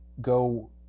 go